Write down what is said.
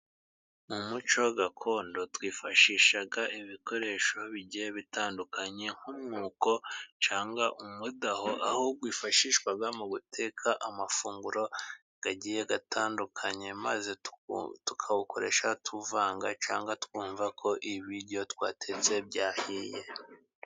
Mu muco gakondo twifashisha ibikoresho bigiye bitandukanye. Nk'umwuko cyangwa umudaho, aho wifashishwa mu guteka amafunguro agiye atandukanye , maze tukawukoresha tuvanga cyangwa twumva ko ibiryo twatetse byahiye.